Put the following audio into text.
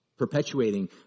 perpetuating